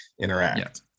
interact